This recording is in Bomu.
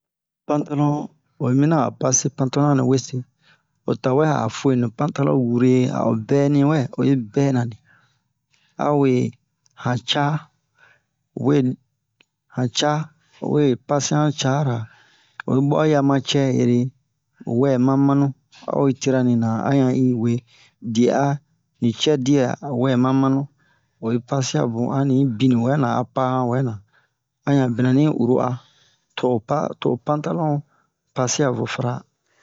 pantalon oyi mina a pase pantalon nɛ wese o tawɛ a fue ni pantalon wure a'o bɛni wɛ oyi bɛna ni awe han ca owe han ca owe pase'an cara oyi bo'o yi'a ma cɛ ereho wɛ ma manu a'o yi tira ni na a han i we diɛ'a ni cɛ di'a ho wɛ ma manu oyi pase'a bun ani bini wɛna a pahan wɛna a yan bina ni uru'a to'o pa to'o pantalon pase'a vo